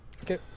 Okay